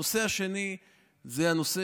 הנושא השני הוא הנושא